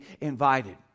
invited